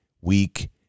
weak